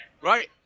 Right